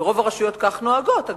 ורוב הרשויות נוהגות כך,